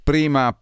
Prima